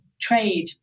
trade